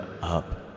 up